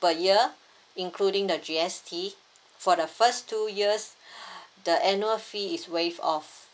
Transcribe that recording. per year including the G_S_T for the first two years the annual fee is waived off